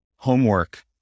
homework